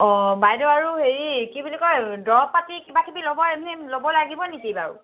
অঁ বাইদেউ আৰু হেৰি কি বুলি কয় দৰৱ পাতি কিবা কিবি ল'ব এনেই ল'ব লাগিব নেকি বাৰু